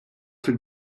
fil